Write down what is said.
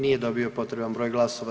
Nije dobio potreban broj glasova.